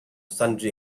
sundry